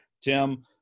Tim